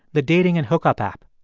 the dating and hookup app.